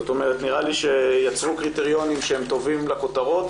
נראה לי שיצרו קריטריונים שהם טובים לכותרות,